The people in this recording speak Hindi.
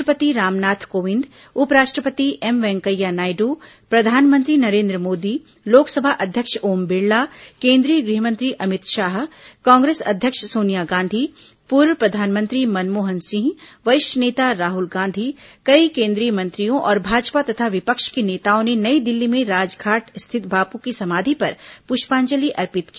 राष्ट्रपति रामनाथ कोविंद उपराष्ट्रपति प्रधानमंत्री नरेन्द्र मोदी लोकसभा अध्यक्ष ओम बिड़ला केंद्रीय गृहमंत्री अमित शाह कांग्रेस एम वेंकैया नायडु अध्यक्ष सोनिया गांधी पूर्व प्रधानमंत्री मनमोहन सिंह वरिष्ठ नेता राहुल गांधी कई केन्द्रीय मंत्रियों और भाजपा तथा विपक्ष के नेताओं ने नई दिल्ली में राजघाट स्थित बापू की समाधि पर पुष्पांजलि अर्पित की